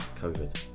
Covid